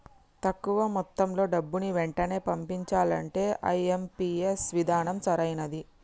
తక్కువ మొత్తంలో డబ్బుని వెంటనే పంపించాలంటే ఐ.ఎం.పీ.ఎస్ విధానం సరైనది